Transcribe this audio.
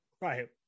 Right